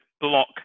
Block